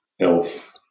Elf